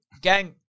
gang